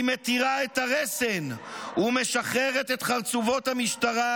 היא מתירה את הרסן ומשחררת את חרצובות המשטרה